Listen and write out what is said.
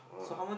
ah